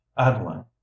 Adeline